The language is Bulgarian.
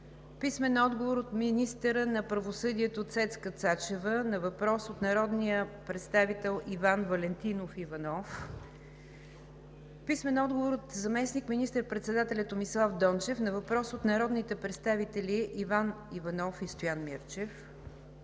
Ерменков; - министъра на правосъдието Цецка Цачева на въпрос от народния представител Иван Валентинов Иванов; - заместник министър-председателя Томислав Дончев на въпрос от народните представители Иван Иванов и Стоян Мирчев.